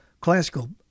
classical